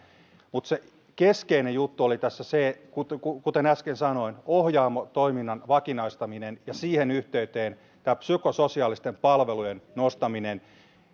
mutta se keskeinen juttu oli tässä se kuten äsken sanoin ohjaamo toiminnan vakinaistaminen ja siihen yhteyteen tämä psykososiaalisten palvelujen nostaminen